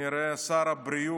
אני רואה את שר הבריאות,